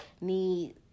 need